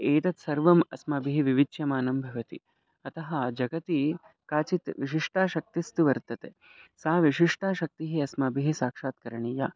एतत् सर्वम् अस्माभिः विविच्यमानं भवति अतः जगति काचित् विशिष्टा शक्तिस्तु वर्तते सा विशिष्टा शक्तिः अस्माभिः साक्षात् करणीया